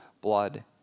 blood